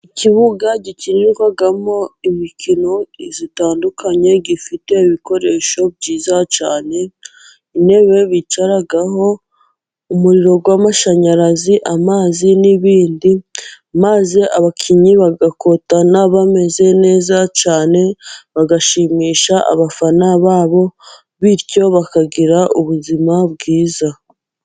Ikibuga gikinirwamo imikino itandukanye, gifite ibikoresho byiza cyane, intebe bicaraho, umuriro w'amashanyarazi, amazi n'ibindi, maze abakinnyi bagakotana bameze neza cyane, bagashimisha abafana ba bo, bityo bakagira ubuzima bwiza.